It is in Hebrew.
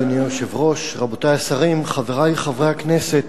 אדוני היושב-ראש, רבותי השרים, חברי חברי הכנסת,